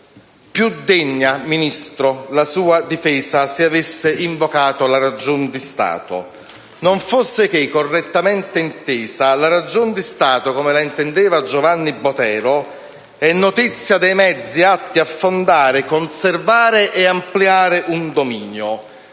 signor Ministro, la sua difesa se avesse invocato la ragion di Stato. Non fosse che, correttamente intesa, la ragion di Stato, come la intendeva Giovanni Botero: "È notizia dei mezzi atti a fondare, conservare e ampliare un dominio."